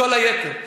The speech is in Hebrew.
כל היתר.